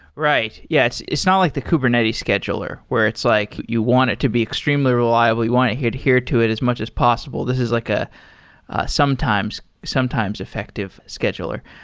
right. yeah, it's it's not like the kubernetes scheduler where it's like you want it to be extremely reliable. you want to adhere to it as much as possible. this is like a sometimes sometimes effective scheduler